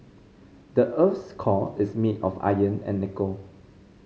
the earth's core is made of iron and nickel